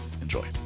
Enjoy